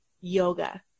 yoga